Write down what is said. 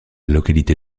localité